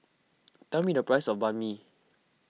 tell me the price of Banh Mi